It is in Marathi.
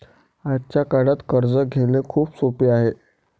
आजच्या काळात कर्ज घेणे खूप सोपे आहे